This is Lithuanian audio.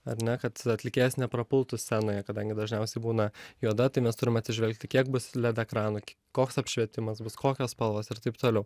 ar ne kad atlikėjas neprapultų scenoje kadangi dažniausiai būna juoda tai mes turim atsižvelgti kiek bus led ekranų koks apšvietimas bus kokios spalvos ir taip toliau